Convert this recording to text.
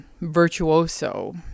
virtuoso